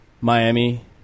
Miami